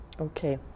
Okay